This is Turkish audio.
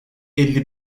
elli